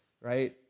right